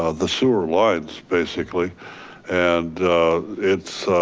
ah the sewer lines basically and it's